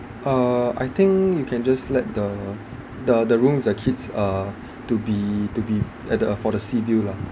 uh I think you can just let the the the rooms uh kids uh to be to be at the for the sea view lah